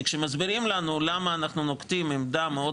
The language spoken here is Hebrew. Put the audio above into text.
כי כששואלים אותנו למה אנחנו נוקטים עמדה מאוד